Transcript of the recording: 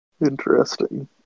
Interesting